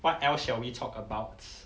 what else shall we talk about